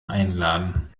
einladen